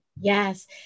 Yes